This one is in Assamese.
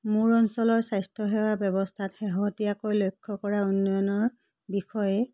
মোৰ অঞ্চলৰ স্বাস্থ্যসেৱা ব্যৱস্থাত শেহতীয়াকৈ লক্ষ্য কৰা উন্নয়নৰ বিষয়ে